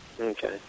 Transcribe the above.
Okay